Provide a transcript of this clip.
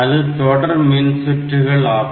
அது தொடர் மின் சுற்றுகள் ஆகும்